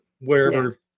wherever